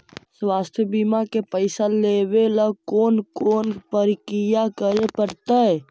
स्वास्थी बिमा के पैसा लेबे ल कोन कोन परकिया करे पड़तै?